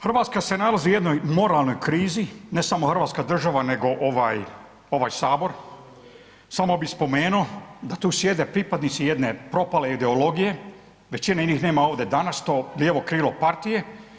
Hrvatska se nalazi u jednoj moralnoj krizi, ne samo Hrvatska država nego ovaj Sabor, samo bih spomenuo da tu sjede pripadnici jedne propale ideologije, većine njih nema ovdje danas, to lijevo krilo partije.